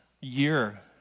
year